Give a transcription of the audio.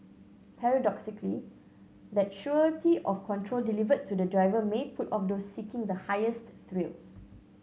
paradoxically that surety of control delivered to the driver may put off those seeking the highest thrills